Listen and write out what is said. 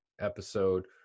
episode